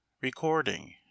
Recording